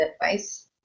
advice